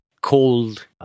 cold